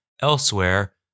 Elsewhere